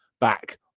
back